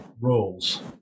roles